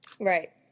Right